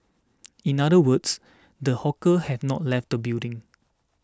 in other words the hawker has not left the building